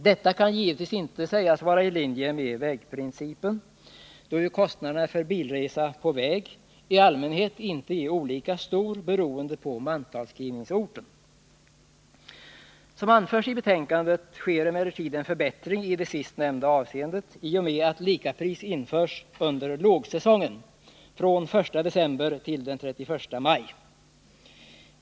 Detta kan givetvis inte anses vara i linje med vägprincipen, då ju kostnaderna för bilresa på väg i allmänhet inte är olika stora beroende på mantalsskrivningsorten. Som anförs i betänkandet sker emellertid en förbättring i det sist nämnda avseendet i och med att lika pris införs under lågsäsongen från den första december till den 31 maj.